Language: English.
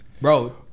Bro